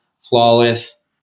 Flawless